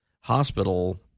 hospital